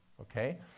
Okay